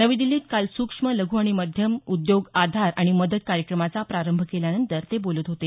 नवी दिल्लीत काल सुक्ष्म लघू आणि मध्यम उद्योग आधार आणि मदत कार्यक्रमाचा प्रारंभ केल्यानंतर ते बोलत होते